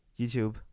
youtube